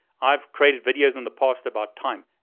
i've created videos in the past about time.